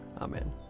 Amen